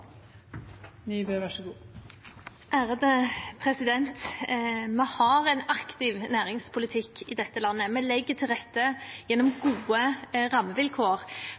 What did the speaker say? Vi har en aktiv næringspolitikk i dette landet. Vi legger til rette gjennom gode rammevilkår